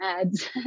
ads